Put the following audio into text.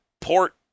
port